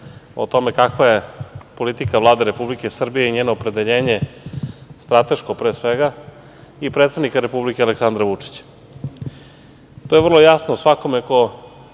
o tome kakva je politika Vlade Republike Srbije i njeno opredeljenje, strateško pre svega, i predsednika Republike Aleksandra Vučića. To je vrlo jasno svakome ko